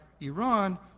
Iran